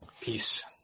peace